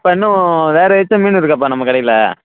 இப்போ இன்னும் வேறு எதாச்சும் மீன் இருக்காப்பா நம்ம கடையில்